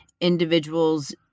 individuals